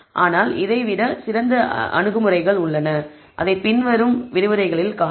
ஆனால் இதைவிட சிறந்த அணுகுமுறைகள் உள்ளன அதை பின்வரும் விரிவுரைகளில் காண்போம்